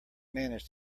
manage